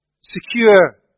secure